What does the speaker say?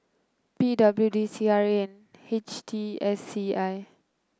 P W D C R A and H T S C I